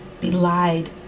belied